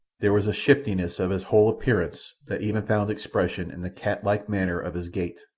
there was a shiftiness of his whole appearance that even found expression in the cat-like manner of his gait,